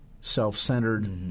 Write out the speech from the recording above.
self-centered